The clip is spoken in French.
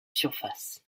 surface